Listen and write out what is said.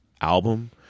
album